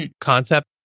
concept